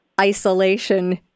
isolation